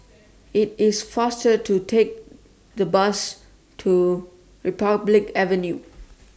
IT IS faster to Take The Bus to Republic Avenue